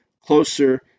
closer